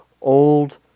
old